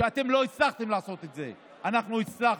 כשאתם לא הצלחתם לעשות את זה, אנחנו הצלחנו.